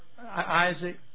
Isaac